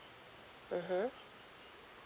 mmhmm